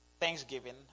thanksgiving